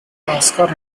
oscar